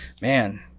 man